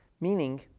meaning